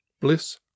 Bliss